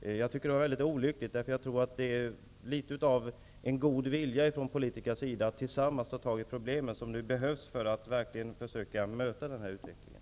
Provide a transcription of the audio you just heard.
Det var enligt min mening väldigt olyckligt, eftersom jag tror att det är litet av en god vilja från politikerna att tillsammans ta tag i problemen som nu behövs för att verkligen försöka möta den här utvecklingen.